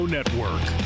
Network